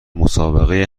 مسابقه